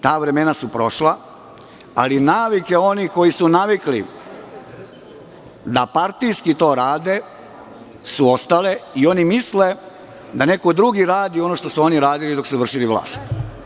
Ta vremena su prošla, ali navike onih koji su navikli da partijski to rade su ostale i oni misle da neko drugi radi ono što su oni radili dok su vršili vlast.